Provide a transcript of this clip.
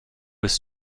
was